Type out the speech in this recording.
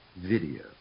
video